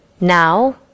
Now